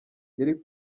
yari